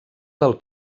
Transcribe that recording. del